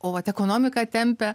o vat ekonomiką tempia